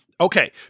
Okay